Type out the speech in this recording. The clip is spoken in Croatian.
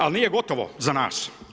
Ali nije gotovo za nas.